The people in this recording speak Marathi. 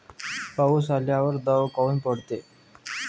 पाऊस आल्यावर दव काऊन पडते?